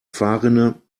fahrrinne